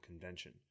convention